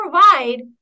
provide